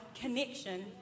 connection